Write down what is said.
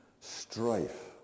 Strife